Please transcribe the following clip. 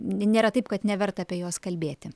nėra taip kad neverta apie juos kalbėti